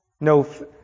no